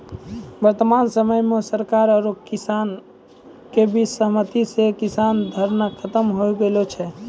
वर्तमान समय मॅ सरकार आरो किसान के बीच सहमति स किसान धरना खत्म होय गेलो छै